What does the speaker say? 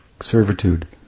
servitude